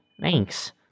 Thanks